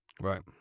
Right